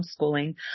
homeschooling